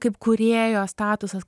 kaip kūrėjo statusas